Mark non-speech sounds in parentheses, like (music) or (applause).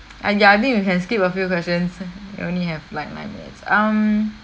!aiya! I think we can skip a few questions (laughs) we only have like nine minutes um